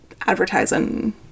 Advertising